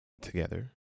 Together